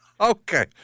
Okay